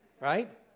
right